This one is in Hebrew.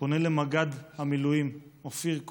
פונה אל מג"ד המילואים אופיר כהן,